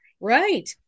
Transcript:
right